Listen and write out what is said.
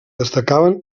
destacaven